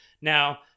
Now